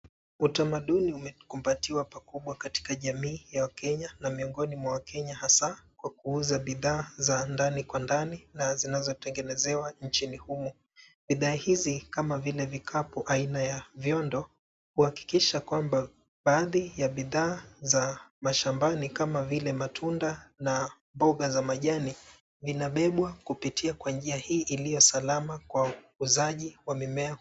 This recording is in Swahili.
Utamaduni umekumbatiwa pakubwa katika jamii ya wakenya na miongoni mwa wakenya hasa kwa kuuza bidhaa za ndani kwa ndani na zinazotengenezewa nchini humu. Bidhaa hizi kama vile vikapu aina ya vyondo huhakikisha kwamba baadhi ya bidhaa za mashambani kama vile matunda na mboga za majani vinabebwa kupitia kwa njia hii iliyo salama kwa uuzaji wa mimea.